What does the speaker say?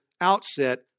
outset